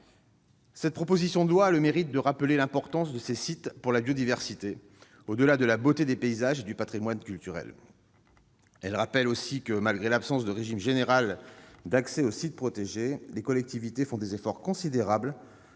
Cette proposition de loi a le mérite de rappeler l'importance de ces sites pour la biodiversité, au-delà de la beauté des paysages et du patrimoine culturel. Elle rappelle aussi que, malgré l'absence de régime général d'accès aux sites protégés, les collectivités font des efforts considérables